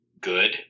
good